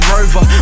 Rover